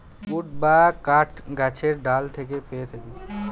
would বা কাঠ গাছের ডাল থেকে পেয়ে থাকি